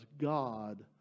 God